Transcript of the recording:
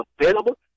available